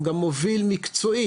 הוא גם מוביל מקצועית,